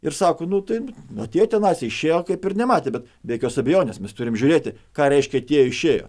ir sako nu taip nu tie ten naciai išėjo kaip ir nematė bet be jokios abejonės mes turim žiūrėti ką reiškia tie išėjo